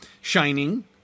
Shining